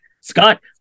Scott